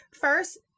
First